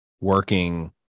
working